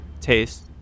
taste